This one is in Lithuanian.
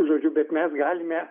žodžiu bet mes galime